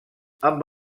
amb